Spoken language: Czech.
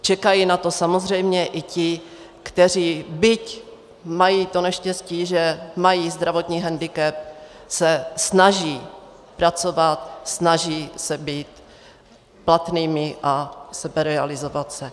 Čekají na to samozřejmě i ti, kteří, byť mají to neštěstí, že mají zdravotní hendikep, se snaží pracovat, snaží se být platnými a seberealizovat se.